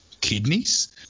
kidneys